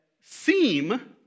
seem